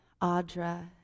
Audra